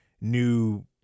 new